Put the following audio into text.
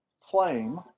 claim